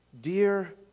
Dear